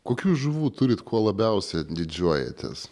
kokių žuvų turit kuo labiausia didžiuojatės